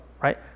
Right